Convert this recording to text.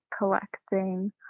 collecting